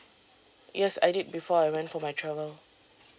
yes I did before I went for my travel